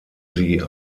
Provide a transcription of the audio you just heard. sie